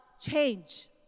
change